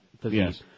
yes